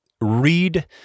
read